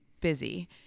busy